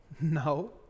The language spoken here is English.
No